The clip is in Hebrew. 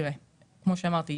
זאת בדיוק הבעיה.